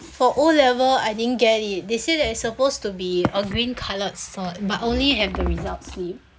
for O-level I didn't get it they say that it's supposed to be a green coloured cert but I only have the result slip